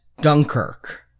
Dunkirk